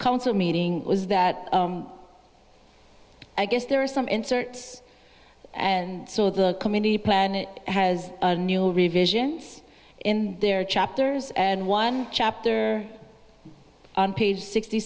council meeting was that i guess there are some inserts and so the committee plan it has a new revisions in there chapters and one chapter on page sixty